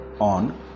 on